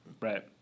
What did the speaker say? Right